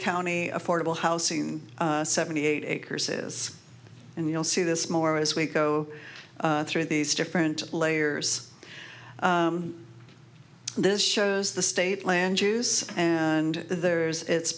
county affordable housing seventy eight acres is and you'll see this more as we go through these different layers this shows the state land use and there's it's